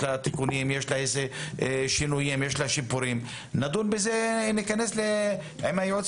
תיקונים ושינויים ונדון בזה עם הייעוץ